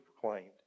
proclaimed